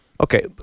Okay